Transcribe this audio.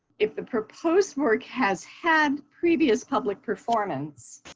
if the proposed work has had previous public performance,